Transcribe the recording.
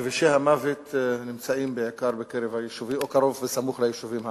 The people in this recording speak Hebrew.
כבישי המוות נמצאים בעיקר ביישובים הערביים או סמוך ליישובים הערביים.